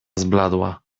zbladła